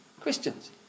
Christians